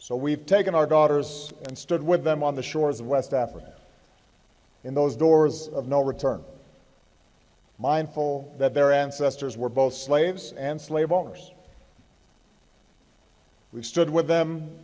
so we've taken our daughters and stood with them on the shores of west africa in those doors of no return mindful that their ancestors were both slaves and slave owners we stood with them